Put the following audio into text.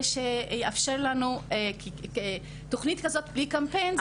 כי תוכנית כזאת בלי קמפיין,